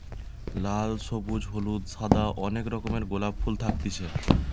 লাল, সবুজ, হলুদ, সাদা অনেক রকমের গোলাপ ফুল থাকতিছে